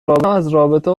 رابطه